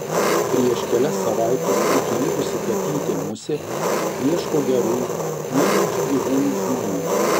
prieš kelias savaites priklydusi katytė musė ieško gerų mylinčių gyvūnus žmonių